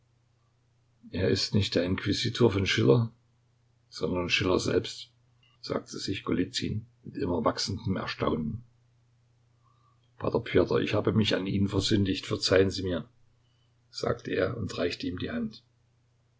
er ist nicht der inquisitor von schiller sondern schiller selbst sagte sich golizyn mit immer wachsendem erstaunen p pjotr ich habe mich an ihnen versündigt verzeihen sie mir sagte er und reichte ihm die hand